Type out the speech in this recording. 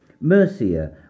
Mercia